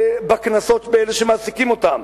בקנסות על אלה שמעסיקים אותם,